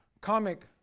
comic